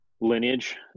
lineage